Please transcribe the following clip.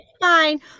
fine